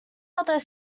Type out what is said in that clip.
other